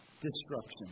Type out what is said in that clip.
destruction